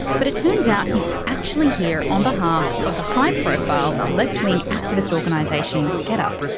but it turns out he's actually here on behalf of the high profile left-wing activist organisation getup!